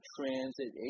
Transit